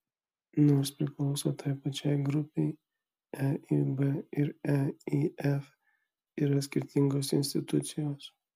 nors priklauso tai pačiai grupei eib ir eif yra skirtingos institucijos